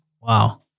Wow